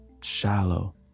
shallow